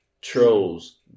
Trolls